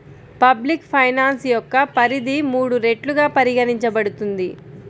public finance యొక్క పరిధి మూడు రెట్లుగా పరిగణించబడుతుంది